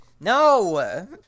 No